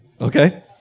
okay